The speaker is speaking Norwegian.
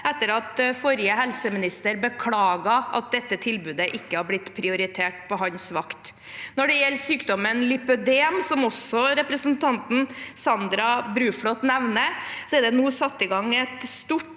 etter at forrige helseminister beklaget at dette tilbudet ikke hadde blitt prioritert på hans vakt. Når det gjelder sykdommen lipødem, som representanten Sandra Bruflot også nevner, er det nå satt i gang en stor,